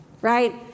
right